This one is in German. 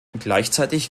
gleichzeitig